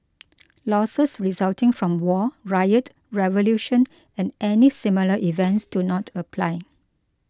losses resulting from war riot revolution or any similar events do not apply